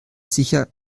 sicher